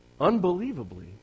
unbelievably